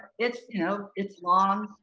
it's, you know, it's long.